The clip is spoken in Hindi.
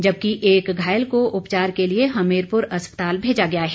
जबकि एक घायल को उपचार के लिए हमीरपुर अस्पताल भेजा गया है